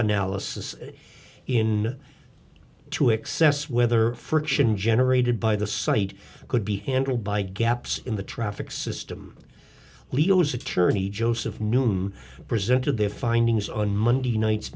analysis in to access whether friction generated by the site could be handled by gaps in the traffic system leo's attorney joseph newman presented their findings on monday night